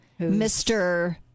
mr